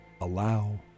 allow